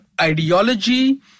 ideology